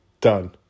done